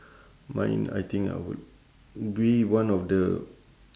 mine I think I would be one of the